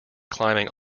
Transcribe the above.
climbing